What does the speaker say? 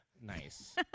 Nice